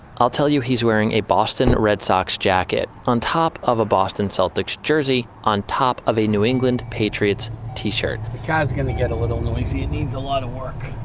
i'll tell you he's wearing a boston red sox jacket on top of a boston celtics jersey on top of a new england patriots t-shirt. the car's gonna get a little noisy. it need a lot of work.